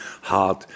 hard